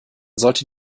sollte